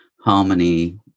harmony